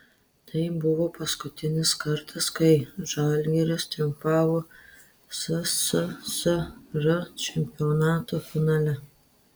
tai buvo paskutinis kartas kai žalgiris triumfavo sssr čempionato finale